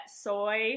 soy